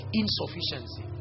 insufficiency